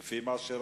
זה לפי מה שרשום